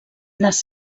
les